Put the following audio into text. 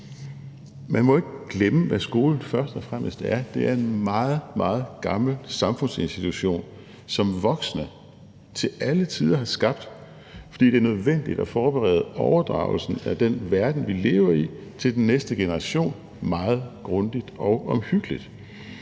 Man må ikke glemme, hvad skolen først og fremmest er: Det er en meget, meget gammel samfundsinstitution, som voksne til alle tider har skabt, fordi det er nødvendigt at forberede overdragelsen af den verden, vi lever i, til den næste generation meget grundigt og omhyggeligt.